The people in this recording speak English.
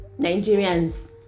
nigerians